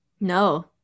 No